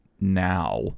now